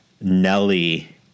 Nelly